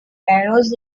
arrows